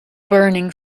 burning